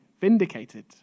vindicated